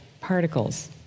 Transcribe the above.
particles